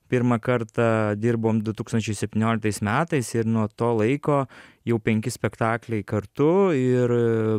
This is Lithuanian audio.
pirmą kartą dirbom du tūkstančiai septynioliktais metais ir nuo to laiko jau penki spektakliai kartu ir